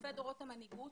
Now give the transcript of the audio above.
חילופי דורות המנהיגות.